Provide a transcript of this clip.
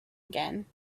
again